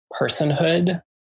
personhood